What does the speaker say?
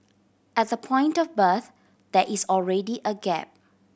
at the point of birth there is already a gap